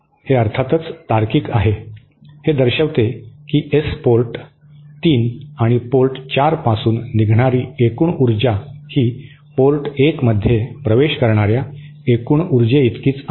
हे अर्थातच तार्किक आहे हे दर्शविते की एस पोर्ट 3 आणि पोर्ट 4 पासून निघणारी एकूण उर्जा ही पोर्ट एक मध्ये प्रवेश करणार्या एकूण ऊर्जेइतकीच आहे